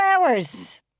hours